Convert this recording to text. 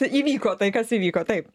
įvyko tai kas įvyko taip